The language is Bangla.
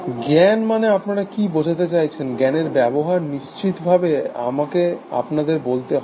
জ্ঞাণ মানে আপনারা কি বোঝাতে চাইছেন জ্ঞাণের ব্যবহার নিশ্চিতভাবে আমাকে আপনাদের বলতে হবে